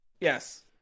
Yes